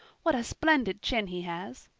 what a splendid chin he has!